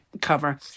cover